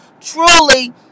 truly